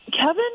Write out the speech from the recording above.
Kevin